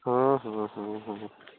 हँ हँ हँ हँ हँ